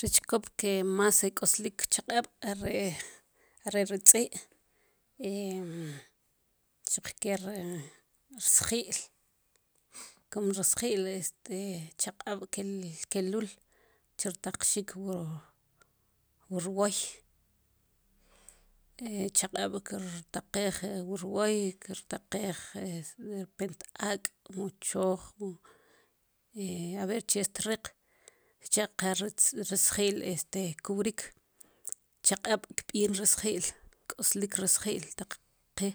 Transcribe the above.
Ri chkop ke mas i k'oslik chaq'ab' are ri tz'i xuq ke ri sji'l kobre sji'l este chaq'ab' kelul chertaq'xik wu rwoj chaq'ab' kertaqij wu rwoj kirtaqij derepente aak' mu choj aber che xtriq' cha qa ri sji'l este kurik' chaq'ab' kb'in ri siji'l k'oslik ri sji'l taq' ri